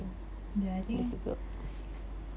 ya I think